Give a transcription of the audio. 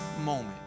moment